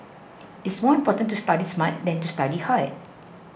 it is more important to study smart than to study hard